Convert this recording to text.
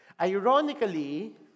Ironically